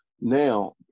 now